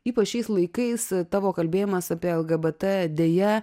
ypač šiais laikais tavo kalbėjimas apie lgbt deja